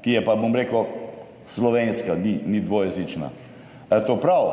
ki je pa, bom rekel, slovenska, ni dvojezična. Ali je to prav?